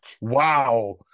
wow